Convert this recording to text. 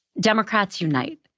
democrats unite.